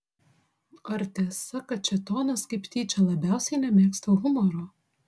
ar tiesa kad šėtonas kaip tyčia labiausiai nemėgsta humoro